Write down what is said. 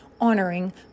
honoring